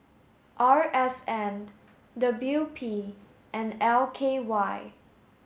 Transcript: R S N W P and L K Y